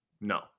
no